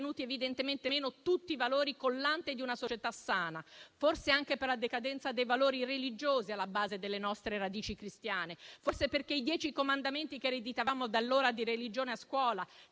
evidentemente meno tutti i valori collante di una società sana, forse anche per la decadenza dei valori religiosi alla base delle nostre radici cristiane; forse perché i dieci comandamenti che ereditavamo dall'ora di religione a scuola,